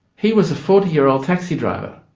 he was a forty year old taxi-driver.